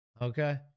Okay